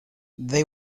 they